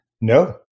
No